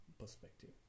perspective